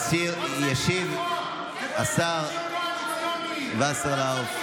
ישיב השר וסרלאוף.